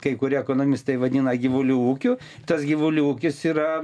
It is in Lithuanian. kai kurie ekonomistai vadina gyvulių ūkiu tas gyvulių ūkis yra